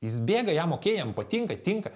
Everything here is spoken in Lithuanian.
jis bėga jam okei jam patinka tinka